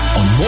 on